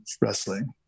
wrestling